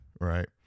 right